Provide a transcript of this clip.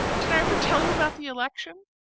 did i ever tell you about the election?